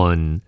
One